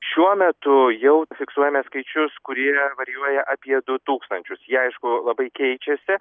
šiuo metu jau fiksuojame skaičius kurie varijuoja apie du tūkstančius jie aišku labai keičiasi